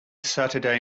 saturday